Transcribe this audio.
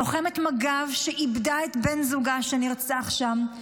לוחמת מג"ב שאיבדה את בן זוגה שנרצח שם,